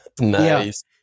Nice